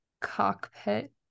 cockpit